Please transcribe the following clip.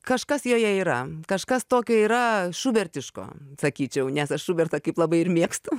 kažkas joje yra kažkas tokio yra šubertiško sakyčiau nes aš šubertą kaip labai ir mėgstu